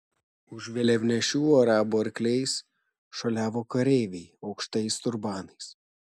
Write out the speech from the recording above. už vėliavnešių arabų arkliais šuoliavo kareiviai aukštais turbanais